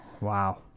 Wow